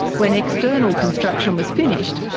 when external construction was finished,